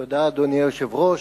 תודה, אדוני היושב-ראש.